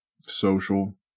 social